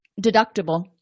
deductible